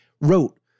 wrote